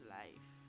life